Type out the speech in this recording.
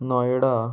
नयडा